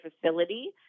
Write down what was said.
facility